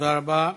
תודה רבה.